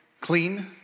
clean